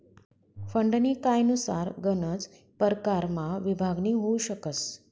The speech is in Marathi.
फंडनी कायनुसार गनच परकारमा विभागणी होउ शकस